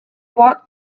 walked